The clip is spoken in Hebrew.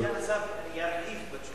אני סיכמתי כדי שסגן השר ירחיב בתשובה.